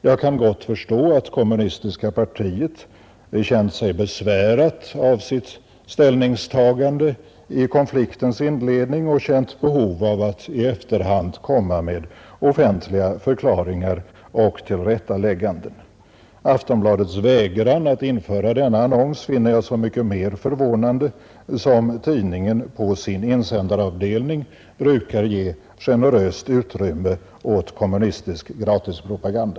Jag kan gott förstå att kommunistiska partiet känt sig besvärat av sitt ställningstagande i konfliktens inledning och haft behov av att i efterhand komma med offentliga förklaringar och tillrättalägganden. Aftonbladets vägran att införa denna annons finner jag så mycket mer förvånande som tidningen på sin insändaravdelning brukar ge generöst utrymme åt kommunistisk gratispropaganda.